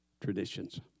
traditions